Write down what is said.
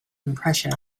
impression